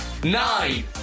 Nine